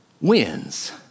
wins